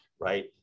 right